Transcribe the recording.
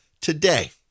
Today